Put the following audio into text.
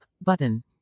Button